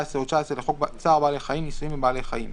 14 או 19 לחוק צער בעלי חיים (ניסויים בבעלי חיים),